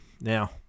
Now